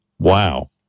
Wow